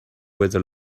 weather